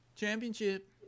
championship